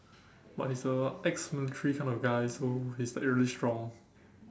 but he's a ex military kind of guy so he's like really strong